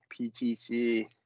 PTC